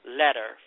letter